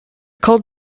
cold